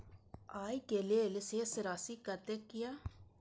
आय के लेल शेष राशि कतेक या?